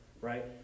right